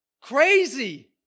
crazy